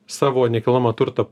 savo nekilnojamą turtą